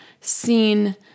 seen